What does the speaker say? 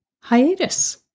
hiatus